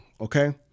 Okay